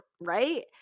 right